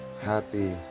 Happy